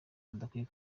badakwiye